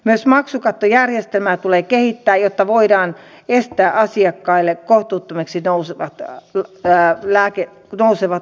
myös maksukattojärjestelmää tulee kehittää jotta voidaan ehkä asiakkaille kohtuuttomiksi nousevat tähän pääty lääke nousevat